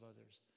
others